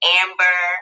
amber